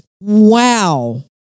Wow